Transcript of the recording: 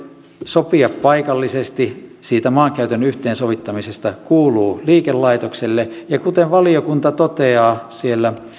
sopia paikallisesti siitä maankäytön yhteensovittamisesta kuuluvat liikelaitokselle ja kuten valiokunta toteaa siellä